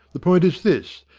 the point is this,